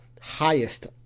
highest